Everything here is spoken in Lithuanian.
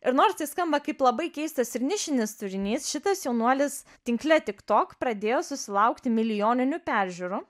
ir nors tai skamba kaip labai keistas ir nišinis turinys šitas jaunuolis tinkle tiktok pradėjo susilaukti milijoninių peržiūrų